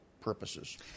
purposes